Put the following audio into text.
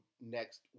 next